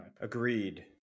Agreed